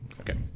Okay